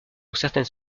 certaines